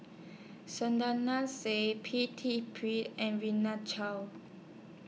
Said P T Pritt and Rina Chao